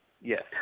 Yes